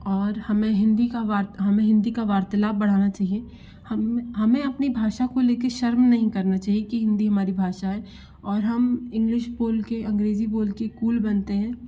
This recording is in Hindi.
और हमें हिन्दी का वार्त हमें हिन्दी का वार्तालाप बढ़ाना चाहिए हम हमें अपनी भाषा को ले के शर्म नहीं करना चाहिए कि हिन्दी हमारी भाषा है और हम इंग्लिश बोल के अंग्रेज़ी बोल के कूल बनते हैं